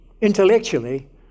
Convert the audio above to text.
intellectually